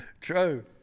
true